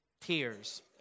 tears